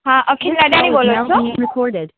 હા અખીલ અદાણી બોલો છો